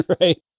right